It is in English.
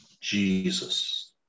Jesus